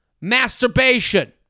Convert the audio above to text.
Masturbation